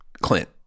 Clint